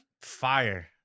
Fire